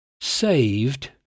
saved